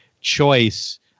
choice